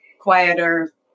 quieter